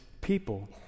people